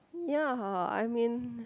ya I mean